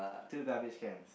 two garbage cans